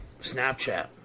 Snapchat